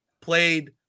Played